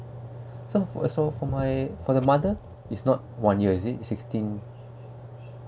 so also for my for the mother is not one year is it sixteen